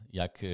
jak